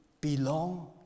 belong